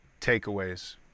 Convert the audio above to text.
takeaways